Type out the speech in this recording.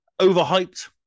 overhyped